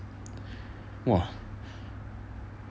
!wah!